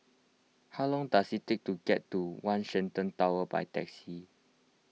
how long does it take to get to one Shenton Tower by taxi